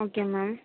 okay ma'am